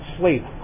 sleep